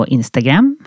Instagram